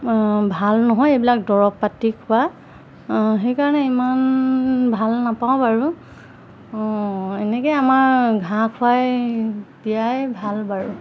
ভাল নহয় এইবিলাক দৰৱ পাতি খোৱা সেইকাৰণে ইমান ভাল নাপাওঁ বাৰু অঁ এনেকৈ আমাৰ ঘাঁহ খোৱাই দিয়াই ভাল বাৰু